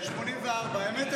84. האמת,